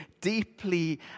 deeply